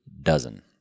Dozen